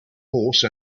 horse